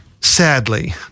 Sadly